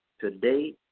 today